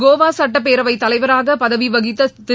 கோவா சுட்டப்பேரவைத் தலைவராக பதவி வகித்த திரு